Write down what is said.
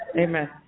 Amen